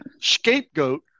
Scapegoat